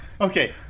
Okay